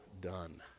done